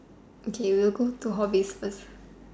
okay we will go to hobbies first